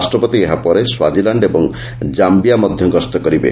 ରାଷ୍ଟ୍ରପତି ଏହା ପରେ ସ୍ୱାଜିଲାଣ୍ଡ ଓ ଜାନ୍ଧିଆ ମଧ୍ୟ ଗସ୍ତ କରିବେ